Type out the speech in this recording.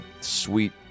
sweet